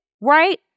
Right